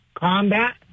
combat